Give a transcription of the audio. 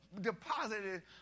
deposited